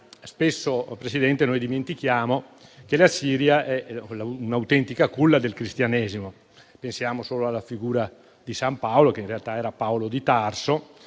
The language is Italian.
signor Presidente, noi dimentichiamo che la Siria è un'autentica culla del cristianesimo. Pensiamo solo alla figura di San Paolo, che in realtà era Paolo di Tarso,